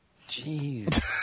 Jeez